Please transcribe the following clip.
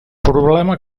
problema